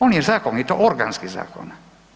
On je zakon i to organski zakon.